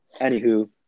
Anywho